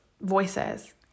voices